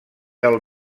del